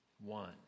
One